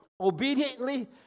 obediently